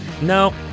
No